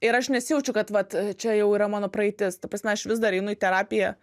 ir aš nesijaučiu kad vat čia jau yra mano praeitis ta prasme aš vis dar einu į terapiją